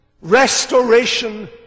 restoration